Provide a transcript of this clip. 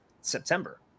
September